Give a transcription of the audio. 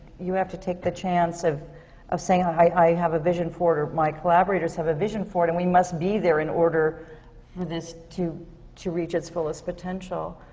you have to take the chance of of saying, i i have a vision for it or my collaborators have a vision for it, and we must be there in order for this to to reach its fullest potential.